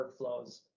workflows